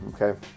okay